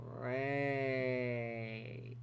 Great